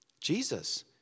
Jesus